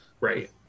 Right